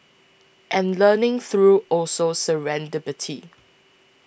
and learning through also serendipity